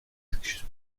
excuses